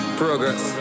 progress